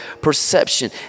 perception